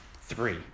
Three